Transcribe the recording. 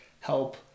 help